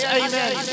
amen